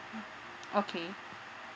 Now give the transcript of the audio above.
okay